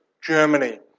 Germany